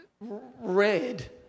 red